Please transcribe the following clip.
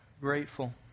grateful